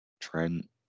Trent